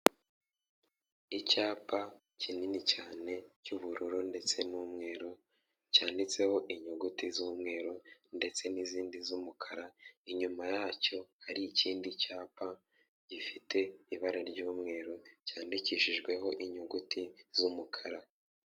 Icyapa kinini cyane cy'ubururu ndetse n'umweru, cyanditseho inyuguti z'umweru ndetse n'izindi z'umukara, inyuma yacyo hari ikindi cyapa gifite ibara ry'umweru, cyandikishijweho inyuguti z'umukara.